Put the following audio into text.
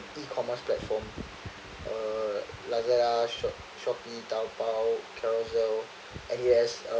ecommerce platform uh like shopee taobao carousel N_E_S uh